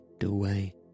away